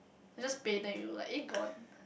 I just pay then you like eh gone